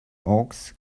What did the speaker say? oaks